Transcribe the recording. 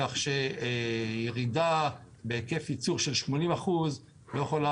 כך שירידה בהיקף ייצור של 80% לא יכולה